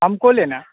हमको लेना है